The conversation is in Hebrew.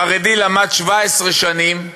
חרדי שלמד 17 שנים,